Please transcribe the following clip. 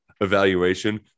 evaluation